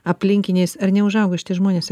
aplinkiniais ar neužauga šitie žmonės